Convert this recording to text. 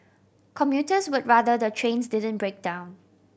commuters would rather the trains didn't break down